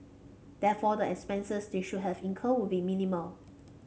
therefore the expenses they should have incurred would be minimal